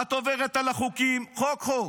את עוברת על החוקים, חוק-חוק.